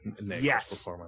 Yes